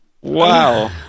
Wow